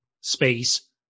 space